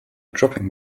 dropping